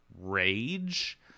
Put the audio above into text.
rage